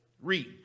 Read